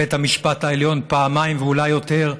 בית המשפט העליון, פעמיים ואולי יותר,